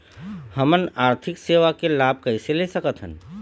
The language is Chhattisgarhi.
हमन आरथिक सेवा के लाभ कैसे ले सकथन?